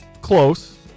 Close